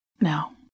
Now